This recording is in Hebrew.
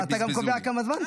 אתה גם קובע כמה זמן?